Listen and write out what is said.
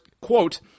quote